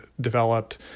developed